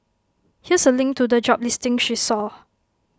here's A link to the job listing she saw